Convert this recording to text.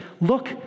Look